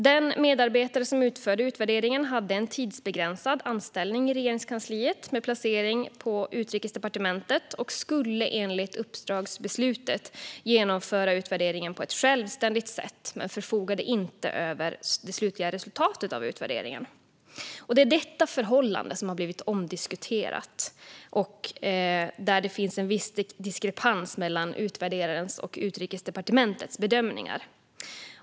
Den medarbetare som utförde utvärderingen hade en tidsbegränsad anställning i Regeringskansliet med placering på Utrikesdepartementet och skulle enligt uppdragsbeslutet genomföra utvärderingen på ett självständigt sätt. Medarbetaren förfogade dock inte över det slutliga resultatet av utvärderingen. Det är detta förhållande som har blivit omdiskuterat. Det finns en viss diskrepans mellan utvärderarens och Utrikesdepartementets bedömningar.